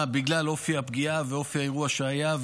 בגלל אופי הפגיעה ואופי האירוע שהיה,